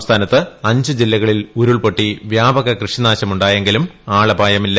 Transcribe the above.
സംസ്ഥാനത്ത് അഞ്ച് ജില്ലകളിൽ ഉരുൾപൊട്ടി വ്യാപക കൃഷിനാശമുണ്ടായെങ്കിലും ആളപായമില്ല